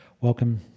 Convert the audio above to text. Welcome